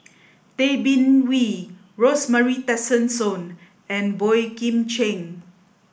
Tay Bin Wee Rosemary Tessensohn and Boey Kim Cheng